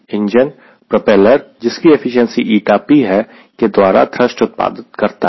engine propeller जिसकी efficiency ηp है के द्वारा थ्रस्ट उत्पादन करता है